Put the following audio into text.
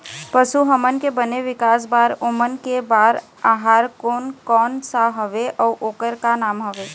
पशु हमन के बने विकास बार ओमन के बार आहार कोन कौन सा हवे अऊ ओकर का नाम हवे?